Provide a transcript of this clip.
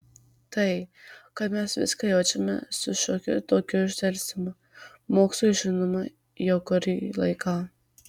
tai kad mes viską jaučiame su šiokiu tokiu uždelsimu mokslui žinoma jau kurį laiką